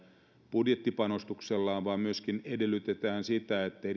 budjettipanostuksellaan vaan myöskin niin että edellytetään sitä että